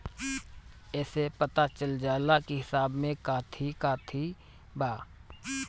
एसे पता चल जाला की हिसाब में काथी काथी बा